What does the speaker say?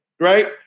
right